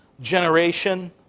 generation